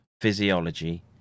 physiology